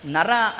Nara